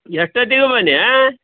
ಎಷ್ಟೊತ್ತಿಗೂ ಬನ್ನಿ ಆಂ